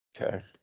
okay